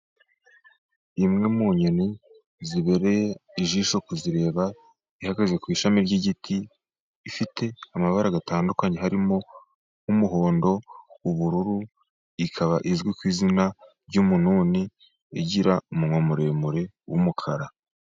Imwe mu nyoni zibereye ijisho kuzireba, ihagaze ku ishami ry’igiti, ifite amabara atandukanye harimo nk’umuhondo, ubururu, ikaba izwi ku izina ry’umununi. Igira umunwa muremure w’umukara.